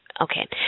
Okay